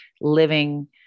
living